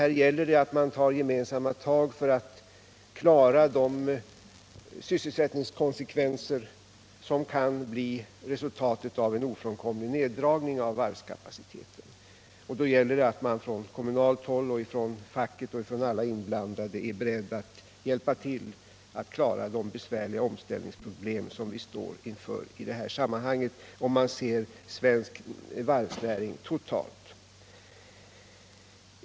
Här gäller det att ta gemensamma tag för att klara de sysselsättningskonsekvenser som kan bli resultatet av en ofrånkomlig neddragning av varvskapaciteten, och då måste man från kommunalt håll, från facket och alla andra inblandade vara beredd att hjälpa till att klara de besvärliga omställningsproblem som vi står inför i detta sammanhang, om man ser svensk varvsnäring totalt.